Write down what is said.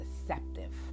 deceptive